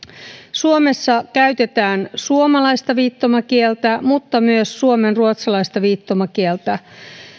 suomessa käytetään suomalaista viittomakieltä mutta myös suomenruotsalaista viittomakieltä